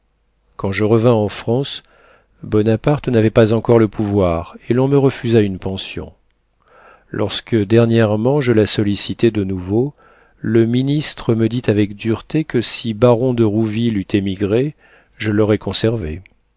quand je revins en france bonaparte n'avait pas encore le pouvoir et l'on me refusa une pension lorsque dernièrement je la sollicitai de nouveau le ministre me dit avec dureté que si le baron de rouville eût émigré je l'aurais conservé